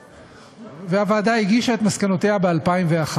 והוועדה הגישה את מסקנותיה ב-2001.